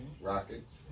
Rockets